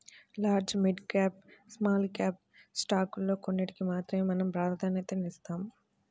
large, mid cap, small cap స్టాకుల్లో కొన్నిటికి మాత్రమే మనం ప్రాధన్యతనిస్తాం